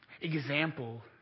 example